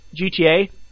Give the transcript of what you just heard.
GTA